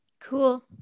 cool